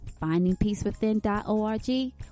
findingpeacewithin.org